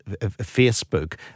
Facebook